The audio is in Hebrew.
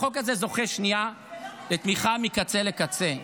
החוק הזה זוכה לתמיכה מקצה לקצה.